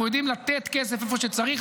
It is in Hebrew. אנחנו יודעים לתת כסף איפה שצריך.